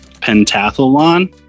pentathlon